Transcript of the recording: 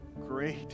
great